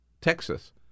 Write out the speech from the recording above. Texas